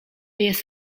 jest